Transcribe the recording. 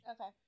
Okay